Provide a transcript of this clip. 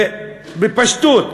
ובפשטות,